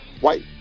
white